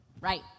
right